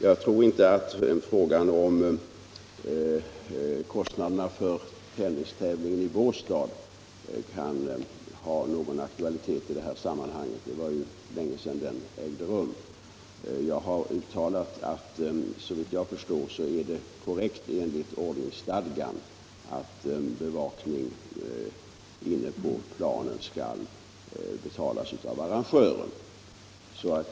Jag tror inte att frågan om kostnaderna för tennistävlingen i Båstad Nr 54 kan ha någon aktualitet i det här sammanhanget. Det var ju länge sedan Torsdagen den den ägde rum. Jag har uttalat att såvitt jag förstår är det korrekt enligt 22 januari 1976 ordningsstadgan att bevakning inne på planen skall betalas av arrangören.